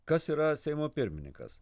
kas yra seimo pirmininkas